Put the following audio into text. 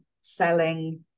selling